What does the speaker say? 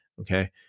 Okay